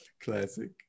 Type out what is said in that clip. classic